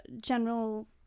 General